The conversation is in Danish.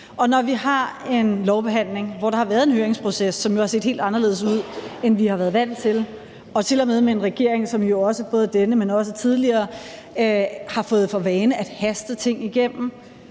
når vi har en lovbehandling, hvor der har været en høringsproces, som jo har set helt anderledes ud, end vi har været vant til, og tilmed med en regering – det gælder denne, men jo også tidligere – der har fået for vane at haste ting igennem,